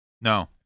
No